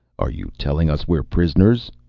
are you telling us we're prisoners?